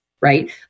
right